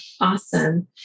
Awesome